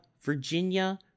Virginia